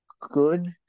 good